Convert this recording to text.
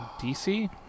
DC